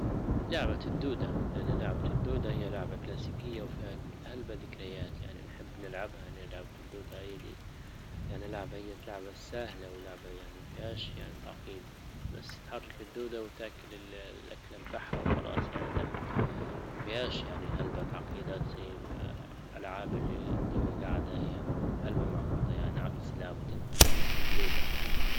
لعبة الدودة، لان لعبة الدودة هي لعبة كلاسيكية وفيها هلبا ذكريات يعني نحب نلعبها لعبة الدوده هيدى يعني لعبة هي اللعبة ساهلة واللعبة يعني ما فيهاش يعني تعقيد بس تحرك الدودة وتاكل الاكل بتاعها وخلاص يعني تمت ما فيهاش يعني هلبا تعقيد تصير الالعاب اللي توها جاعدة هي هلبا معقدة يعني عكس لعبة الدودة